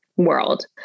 world